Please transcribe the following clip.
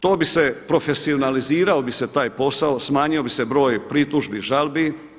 To bi se, profesionalizirao bi se taj posao, smanjio bi se broj pritužbi, žalbi.